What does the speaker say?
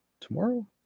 tomorrow